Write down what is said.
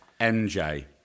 MJ